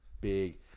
big